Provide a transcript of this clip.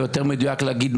יותר מדויק להגיד,